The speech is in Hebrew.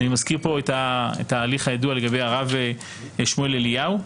אני מזכיר פה את ההליך הידוע לגבי הרב שמואל אליהו,